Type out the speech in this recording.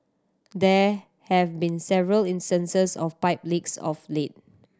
there have been several instances of pipe leaks of late